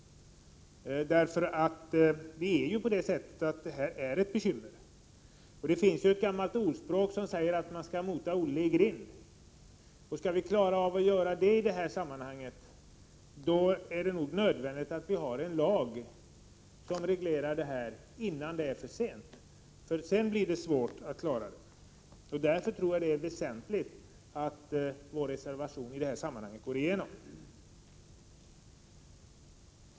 Här finns det ju bekymmer. Ett gammalt ordspråk säger att man skall mota Olle i grind. Om vi skall kunna göra det i det här sammanhanget är det nog nödvändigt att ha en lag som reglerar det hela innan det är för sent. Därför tror jag det är väsentligt att vår reservation går igenom.